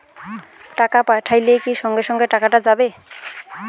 টাকা পাঠাইলে কি সঙ্গে সঙ্গে টাকাটা যাবে?